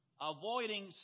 avoiding